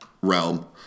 realm